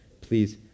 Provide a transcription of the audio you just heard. Please